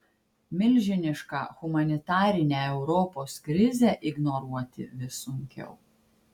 milžinišką humanitarinę europos krizę ignoruoti vis sunkiau